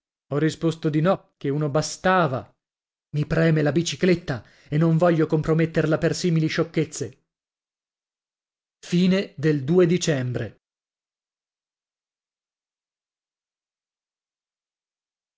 ho risposto di no che uno bastava i preme la bicicletta e non voglio comprometterla per simili sciocchezze dicembre